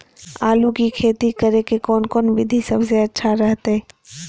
आलू की खेती करें के कौन कौन विधि सबसे अच्छा रहतय?